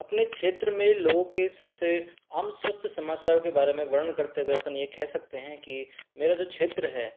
अपने क्षेत्र में लोगों के सबसे आम स्वास्थ्य समस्याओं के बारे में वर्णन करते हुए हम ये कह सकते हैं कि मेरा जो क्षेत्र है